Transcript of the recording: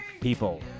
people